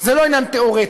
זה לא עניין תיאורטי.